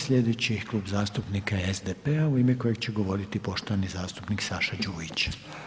Sljedeći Klub zastupnika je SDP-a u ime kojeg će govoriti poštovani zastupnik Saša Đujić.